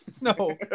No